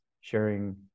sharing